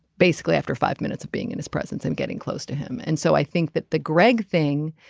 basically after five minutes of being in his presence and getting close to him and so i think that the greg thing